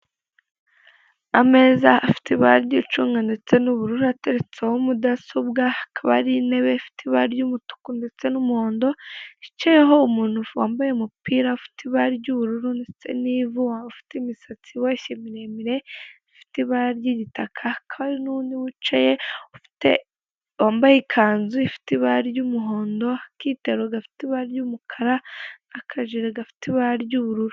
Ameza afite ibara ry'icunga ndetse n'ubururu ateretseho mudasobwa hakaba hari intebe hicayeho umuntu wambaye umupira w'ubururu ndetse n'ivu ufite imisatsi ireshya miremire, hakaba hari n'undi wicaye ufite wambaye ikanzu ifite ibara ry'umuhondo, akitero gafite ibara ry'umukara, akajiri gafite ibara ry'ubururu.